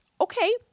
Okay